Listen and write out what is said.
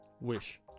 wish